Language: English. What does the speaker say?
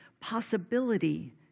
possibility